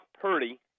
Purdy